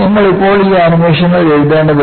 നിങ്ങൾ ഇപ്പോൾ ഈ ആനിമേഷനുകൾ എഴുതേണ്ടതില്ല